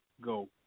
go